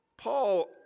Paul